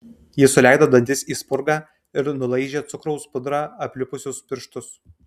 ji suleido dantis į spurgą ir nulaižė cukraus pudra aplipusius pirštus